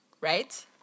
right